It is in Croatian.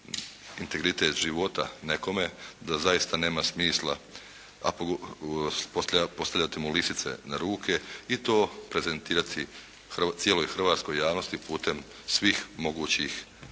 integritet života nekome da zaista nema smisla postavljati mu lisice na ruke i to prezentirati cijeloj hrvatskoj javnosti putem svih mogućih